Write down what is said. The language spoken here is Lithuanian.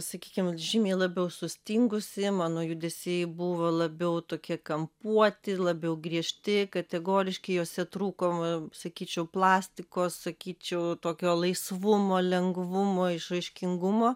sakykim žymiai labiau sustingusi mano judesiai buvo labiau tokie kampuoti labiau griežti kategoriški juose trūko sakyčiau plastikos sakyčiau tokio laisvumo lengvumo išraiškingumo